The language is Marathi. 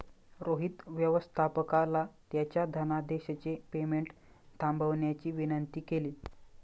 रोहित व्यवस्थापकाला त्याच्या धनादेशचे पेमेंट थांबवण्याची विनंती केली